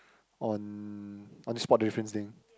on on the spot the difference thing